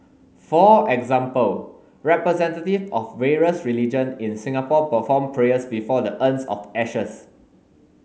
for example representative of various religion in Singapore performed prayers before the urns of ashes